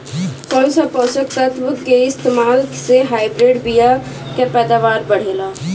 कौन से पोषक तत्व के इस्तेमाल से हाइब्रिड बीया के पैदावार बढ़ेला?